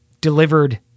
delivered